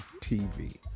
TV